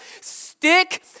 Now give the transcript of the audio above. stick